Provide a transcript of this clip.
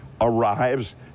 arrives